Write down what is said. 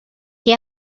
què